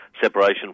separation